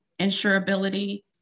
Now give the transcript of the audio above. insurability